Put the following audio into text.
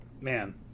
man